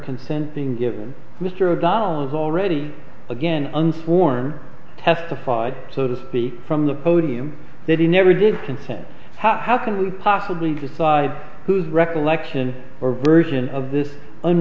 consent being given mr o'donnell is already again an sworn testified so to speak from the podium that he never did consent how can we possibly decide whose recollection or version of this